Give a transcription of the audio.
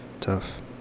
Tough